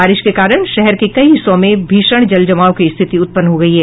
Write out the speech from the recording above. बारिश के कारण शहर के कई हिस्सों में भीषण जल जमाव की स्थिति उत्पन्न हो गयी है